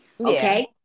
okay